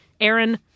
Aaron –